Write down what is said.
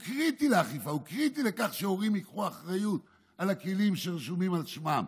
הוא קריטי לכך שהורים ייקחו אחריות על הכלים שרשומים על שמם,